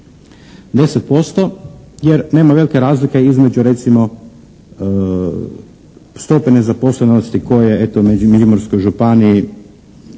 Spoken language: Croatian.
10% jer nema velike razlike između recimo stope nezaposlenosti koje eto u Međimurskoj županiji